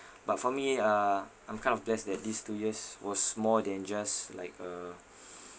but for me uh I'm kind of blessed that these two years was more than just like a